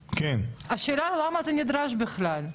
השאלה היא למה זה נדרש בכלל.